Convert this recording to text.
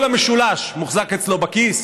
כל המשולש מוחזק אצלו בכיס,